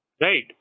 Right